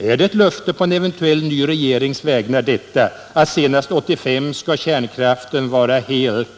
”Är det ett löfte på en eventuell ny regerings vägnar, detta att senast 85 ska kärnkraften vara helt .